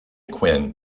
quinn